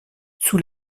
sous